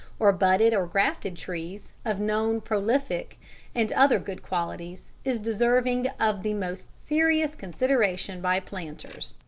or budded or grafted trees, of known prolific and other good qualities is deserving of the most serious consideration by planters.